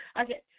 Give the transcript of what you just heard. Okay